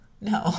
no